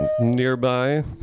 nearby